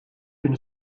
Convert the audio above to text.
une